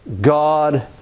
God